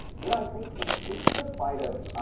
you know, i think it speaks to the plight of,